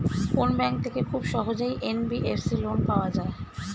কোন ব্যাংক থেকে খুব সহজেই এন.বি.এফ.সি লোন পাওয়া যায়?